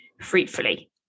fruitfully